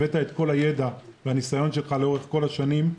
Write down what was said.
הבאת את כל הידע והניסיון שלך לאורך כל השנים.